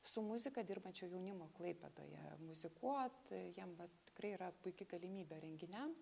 su muzika dirbančio jaunimo klaipėdoje muzikuot jiem va tikrai yra puiki galimybė renginiam